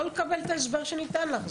לא לקבל את ההסבר שניתן לך,